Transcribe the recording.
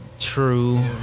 True